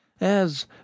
As